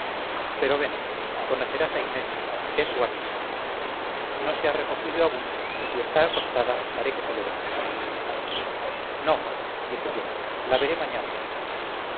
pero ven conocerás a inés es guapísima no se ha recogido aún y si está acostada haré que se levante no dije yo la veré mañana